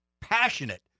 passionate